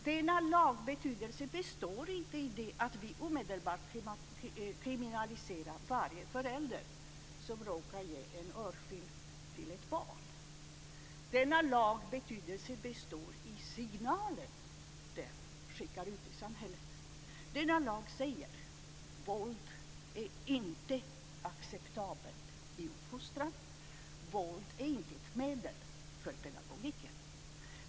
Denna lags betydelse består inte i att vi omedelbart kriminaliserar varje förälder som råkar ge ett barn en örfil, utan denna lags betydelse består i den signal som den skickar ut i samhället. Denna lag säger: Våld är inte acceptabelt i uppfostran. Våld är inte ett medel för pedagogiken.